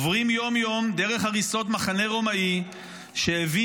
ועוברים יום-יום דרך הריסות מחנה רומאי שהביא